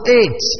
eight